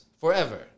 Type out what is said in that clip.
forever